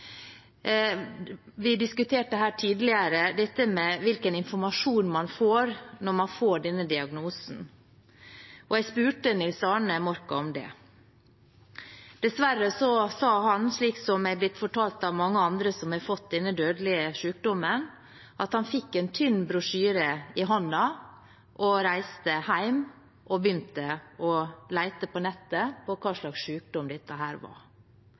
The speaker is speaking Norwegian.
Vi diskuterte her tidligere dette med hvilken informasjon man får når man får denne diagnosen, og jeg spurte Nils Arne Morka om det. Dessverre sa han, slik jeg er blitt fortalt av mange andre som har fått denne dødelige sykdommen, at han fikk en tynn brosjyre i hånda og reiste hjem og begynte å lete på nettet etter hva slags sykdom dette var. Dette var